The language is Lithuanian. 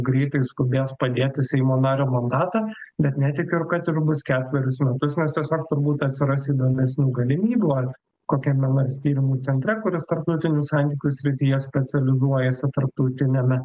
greitai skubės padėti seimo nario mandatą bet netikiu ir kad ir bus ketverius metus nes tiesiog turbūt atsiras įdomesnių galimybių ar kokiame nors tyrimų centre kuris tarptautinių santykių srityje specializuojasi tarptautiniame